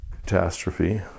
catastrophe